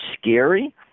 scary